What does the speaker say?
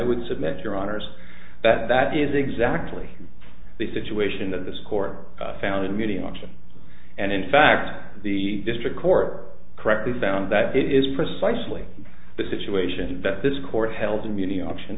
would submit your honour's that that is exactly the situation that this court found immediate action and in fact the district court correctly found that it is precisely the situation that this court helton muni option